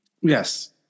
Yes